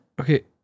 Okay